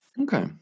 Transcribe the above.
Okay